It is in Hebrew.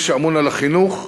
מי שאמון על החינוך,